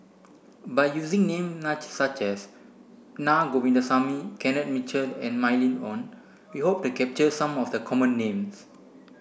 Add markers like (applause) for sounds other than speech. by using name (unintelligible) such as Na Govindasamy Kenneth Mitchell and Mylene Ong we hope to capture some of the common names